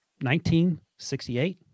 1968